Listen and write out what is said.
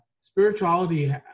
spirituality